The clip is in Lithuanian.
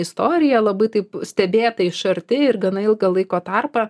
istoriją labai taip stebėtą iš arti ir gana ilgą laiko tarpą